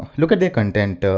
look at their content.